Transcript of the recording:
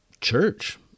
church